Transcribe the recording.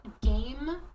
game